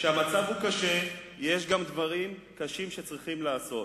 כשהמצב הוא קשה, יש גם דברים קשים שצריכים לעשות.